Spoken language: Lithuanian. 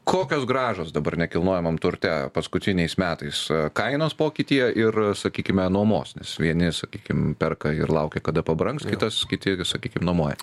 kokios grąžos dabar nekilnojamam turte paskutiniais metais kainos pokytyje ir sakykime nuomos nes vieni sakykim perka ir laukia kada pabrangs kitas kiti sakykim nuomoja